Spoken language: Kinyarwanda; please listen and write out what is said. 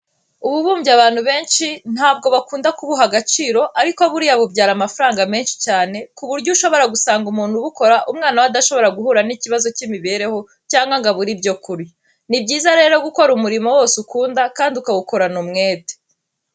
Ububumbyi abantu benshi ntabwo bakunda kubuha agaciro ariko buriya bubyara amafaranga menshi cyane ku buryo ushobora gusanga umuntu ubukora umwana we adashobora guhura n'ikibazo cy'imibereho cyangwa ngo abure ibyo kurya. Ni byiza rero gukora umurimo wose ukunda kandi ukawukorana umwete.